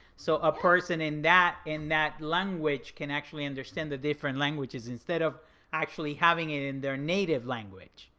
so a person in that in that language can actually understand the different languages instead of actually having it in their native language.